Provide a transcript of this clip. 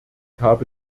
habe